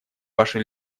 ваше